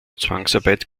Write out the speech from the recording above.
zwangsarbeit